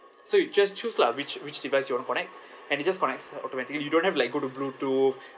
so you just choose lah which which device you want to connect and it just connects automatically you don't have like go to bluetooth